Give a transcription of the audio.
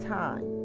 time